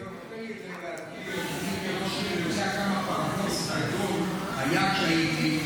אני כראש עיר יודע איזה פרדוקס גדול היה כשהייתי.